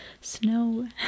snow